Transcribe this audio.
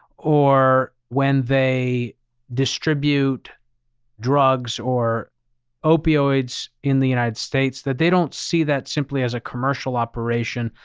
or when they distribute drugs, or opioids in the united states, that they don't see that simply as a commercial operation.